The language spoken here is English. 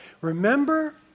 Remember